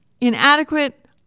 Inadequate